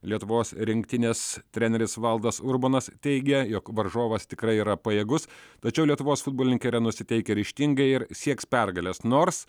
lietuvos rinktinės treneris valdas urbonas teigia jog varžovas tikrai yra pajėgus tačiau lietuvos futbolininkai yra nusiteikę ryžtingai ir sieks pergalės nors